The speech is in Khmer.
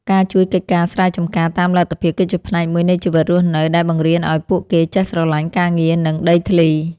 ការជួយកិច្ចការស្រែចម្ការតាមលទ្ធភាពគឺជាផ្នែកមួយនៃជីវិតរស់នៅដែលបង្រៀនឱ្យពួកគេចេះស្រឡាញ់ការងារនិងដីធ្លី។